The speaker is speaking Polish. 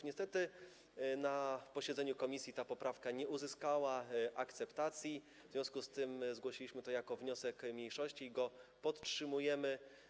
Niestety na posiedzeniu komisji ta poprawka nie uzyskała akceptacji, w związku z czym zgłosiliśmy to jako wniosek mniejszości i go podtrzymujemy.